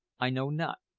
i know not.